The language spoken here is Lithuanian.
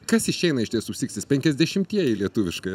kas išeina iš tiesų sikstys penkiasdešimtieji lietuviška